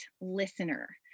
listener